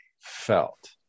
felt